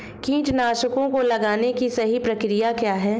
कीटनाशकों को लगाने की सही प्रक्रिया क्या है?